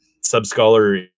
Sub-Scholar